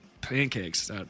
pancakes